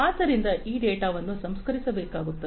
ಆದ್ದರಿಂದ ಈ ಡೇಟಾವನ್ನು ಸಂಸ್ಕರಿಸಬೇಕಾಗುತ್ತದೆ